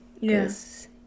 Yes